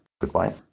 Goodbye